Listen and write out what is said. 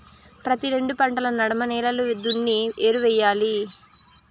ప్రతి రెండు పంటల నడమ నేలలు దున్ని ఎరువెయ్యాలి